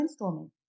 brainstorming